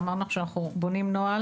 ואמרנו שאנחנו בונים נוהל